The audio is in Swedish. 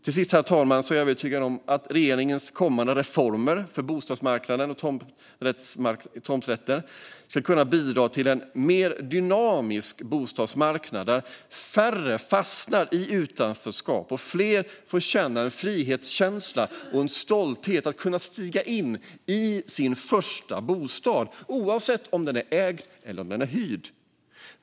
Till sist, herr talman, är jag övertygad om att regeringens kommande reformer för bostadsmarknaden och tomträtter ska kunna bidra till en mer dynamisk bostadsmarknad där färre fastnar i utanförskap och fler får känna frihetskänslan och stoltheten i att stiga in i sin första bostad, oavsett om den är ägd eller hyrd.